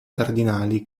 cardinali